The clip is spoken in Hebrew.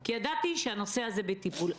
כי ידעתי שהנושא הזה בטיפול.